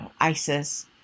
Isis